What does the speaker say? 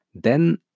Den